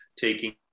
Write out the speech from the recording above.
taking